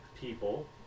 people